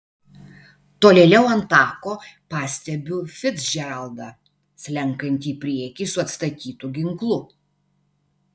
tolėliau ant tako pastebiu ficdžeraldą slenkantį į priekį su atstatytu ginklu